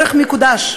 ערך מקודש.